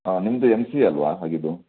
ನಿಮ್ಮದು M C A ಅಲ್ವಾ ಆಗಿದ್ದು